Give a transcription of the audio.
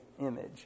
image